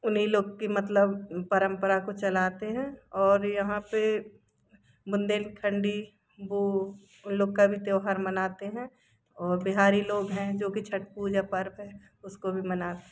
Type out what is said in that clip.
उन्हीं लोग की मतलब परंपरा को चलाते हैं और यहाँ पे बुंदेलखंडी वो उन लोग का भी त्योहार मनाते हैं और बिहारी हैं जो कि छठ पूजा पर्व है उसको भी मना